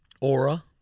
aura